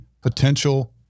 potential